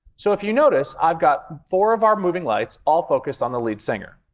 so if you notice, i've got four of our moving lights all focused on the lead singer.